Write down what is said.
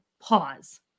Pause